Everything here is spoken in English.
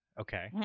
Okay